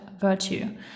virtue